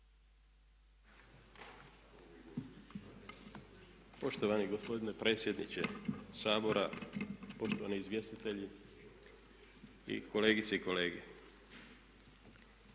Poštovani gospodine predsjedniče Sabora, poštovani izvjestitelji, kolegice i kolege.